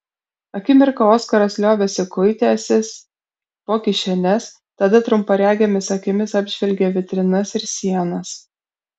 akimirką oskaras liovėsi kuitęsis po kišenes tada trumparegėmis akimis apžvelgė vitrinas ir sienas